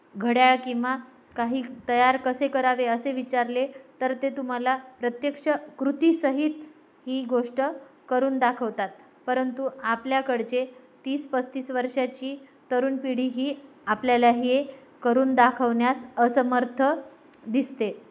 घड्याळ किंवा काही तयार कसे करावे असे विचारले तर ते तुम्हाला प्रत्यक्ष कृतीसहित ही गोष्ट करून दाखवतात परंतु आपल्याकडचे तीस पस्तीस वर्षाची तरुण पिढी ही आपल्याला हे करून दाखवण्यास असमर्थ दिसते